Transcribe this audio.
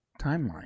timeline